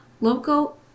local